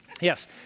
Yes